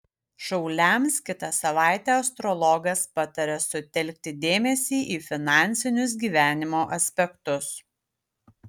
šauliams kitą savaitę astrologas pataria sutelkti dėmesį į finansinius gyvenimo aspektus